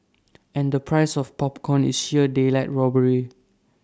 and the price of popcorn is sheer daylight robbery